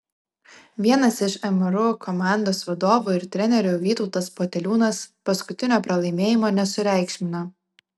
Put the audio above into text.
vienas iš mru komandos vadovų ir trenerių vytautas poteliūnas paskutinio pralaimėjimo nesureikšmino